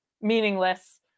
meaningless